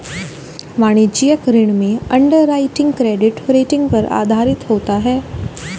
वाणिज्यिक ऋण में अंडरराइटिंग क्रेडिट रेटिंग पर आधारित होता है